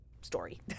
story